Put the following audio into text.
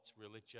religion